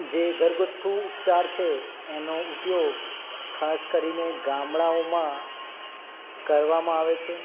જે ઘરગથ્થુ ઉપચાર છે એનો ઉપયોગ ખાસ કરીને ગામડાઓમાં કરવામાં આવે છે